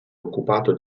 occupato